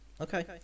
Okay